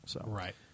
Right